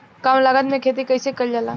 कम लागत में खेती कइसे कइल जाला?